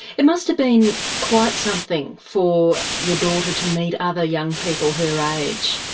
it must have been quite something for your daughter to meet other young people her age,